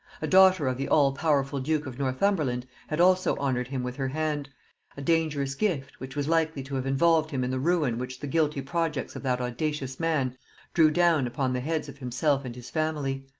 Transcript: a daughter of the all-powerful duke of northumberland had also honored him with her hand a dangerous gift, which was likely to have involved him in the ruin which the guilty projects of that audacious man drew down upon the heads of himself and his family.